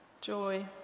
joy